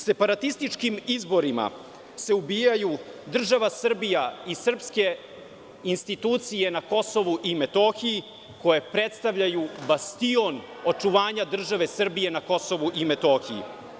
Separatističkim izborima se ubijaju država Srbija i srpske institucije na Kosovu i Metohiji koje predstavljaju bastion očuvanja države Srbije na Kosovu i Metohiji.